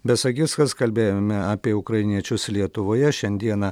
besagirskas kalbėjome apie ukrainiečius lietuvoje šiandieną